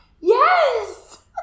Yes